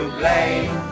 blame